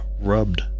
rubbed